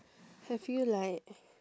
have you like